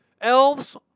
Elves